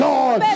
God